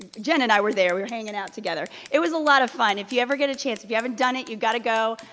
jen and i were there, we were hanging out together. it was a lot of fun. if you ever get a chance, if you haven't done it, you've got to go.